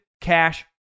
cash